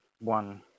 one